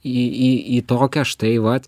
į į į tokią štai vat